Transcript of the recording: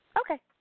Okay